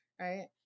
right